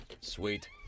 Sweet